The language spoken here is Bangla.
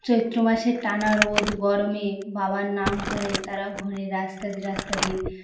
চৈত্র মাসের টানা রোদ গরমে বাবার নাম করে তারা ঘোরে রাস্তা দিয়ে রাস্তা দিয়ে